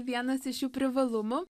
vienas iš jų privalumų